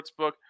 Sportsbook